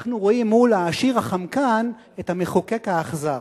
אנחנו רואים מול "העשיר החמקן" את "המחוקק האכזר"